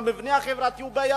המבנה החברתי הוא בעייתי,